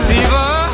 Fever